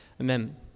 Amen